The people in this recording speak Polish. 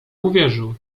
uwierzył